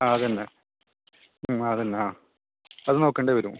ആ അതുതന്നെ ഉം അതുതന്നെ ആ അത് നോക്കേണ്ടി വരും